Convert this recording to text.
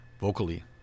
vocally